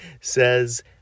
says